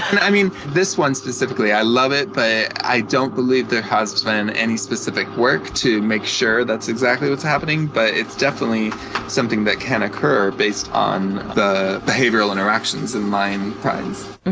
and i mean this one specifically i love it, but i don't believe there has been any specific work to make sure that's exactly what's happening, but it's definitely something that can occur based on the behavioral interactions in lion prides.